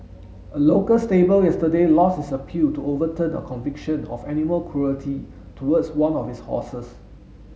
a local stable yesterday lost its appeal to overturn a conviction of animal cruelty towards one of its horses